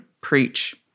preach